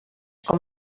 com